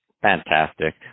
Fantastic